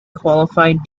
qualified